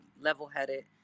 level-headed